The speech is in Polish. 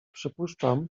przypuszczam